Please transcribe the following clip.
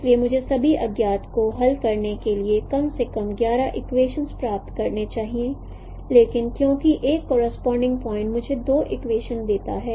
इसलिए मुझे सभी अज्ञात को हल करने के लिए कम से कम 11 इक्वेशनस प्राप्त करने चाहिए लेकिन चूंकि 1 करॉस्पोंडिंग प्वाइंट मुझे 2 इक्वेशनस देता है